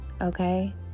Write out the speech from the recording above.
Okay